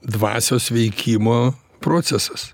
dvasios veikimo procesas